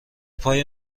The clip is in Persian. پای